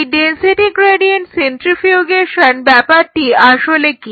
এই density gradient centrifugation ব্যাপারটি আসলে কি